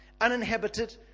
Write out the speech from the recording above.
Uninhabited